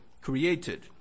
created